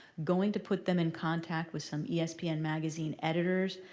going to put them in contact with some yeah espn magazine editors,